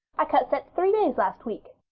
i cut sets three days last week.